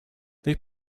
they